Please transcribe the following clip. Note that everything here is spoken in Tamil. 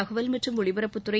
தகவல் மற்றும் ஒலிபரப்புத்துறை